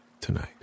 tonight